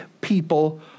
people